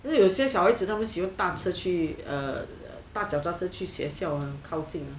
因为有些小孩子他们喜欢达车打脚踏车去学校靠近吗